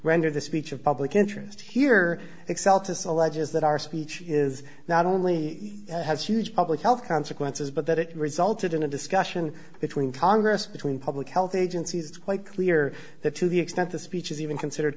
render the speech of public interest here excel to select is that our speech is not only has huge public health consequences but that it resulted in a discussion between congress between public health agencies quite clear that to the extent the speech is even considered